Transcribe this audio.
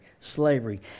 slavery